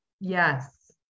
Yes